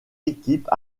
équipes